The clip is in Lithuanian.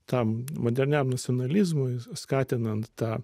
tam moderniam nacionalizmui skatinant tą